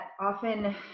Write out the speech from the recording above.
often